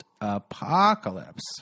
apocalypse